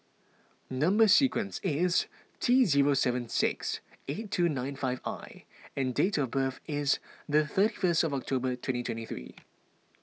Number Sequence is T zero seven six eight two nine five I and date of birth is the thirty first of October twenty twenty three